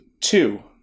two